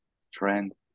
strength